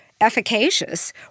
efficacious